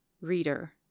Reader